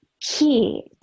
key